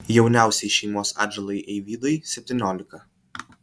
jauniausiai šeimos atžalai eivydai septyniolika